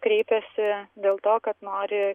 kreipiasi dėl to kad nori